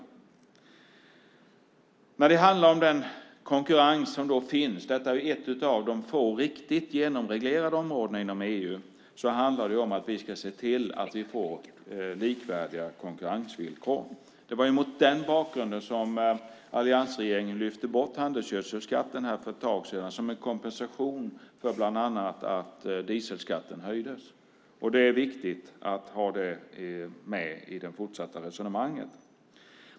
Detta är ett av få genomreglerade områden inom EU, och för den konkurrens som finns handlar det om att vi ska se till att få likvärdiga konkurrensvillkor. Det var mot den bakgrunden som alliansregeringen lyfte bort skatten på handelsgödsel för ett tag sedan som en kompensation bland annat för att dieselskatten höjdes. Det är viktigt att ha detta med i det fortsatta resonemanget.